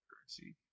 currency